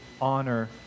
honor